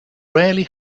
rarely